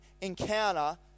encounter